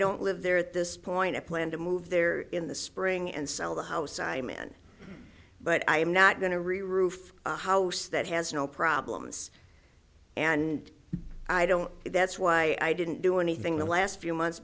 don't live there at this point i plan to move there in the spring and sell the house i'm in but i'm not going to reroof a house that has no problems and i don't that's why i didn't do anything the last few months